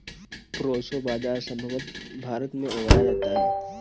proso बाजरा संभवत भारत में उगाया जाता है